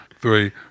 three